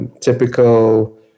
typical